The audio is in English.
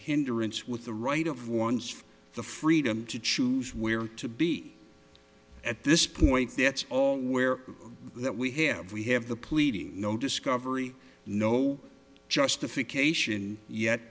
hinderance with the right of one's for the freedom to choose where to be at this point that's all where that we have we have the pleading no discovery no justification yet